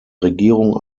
regierung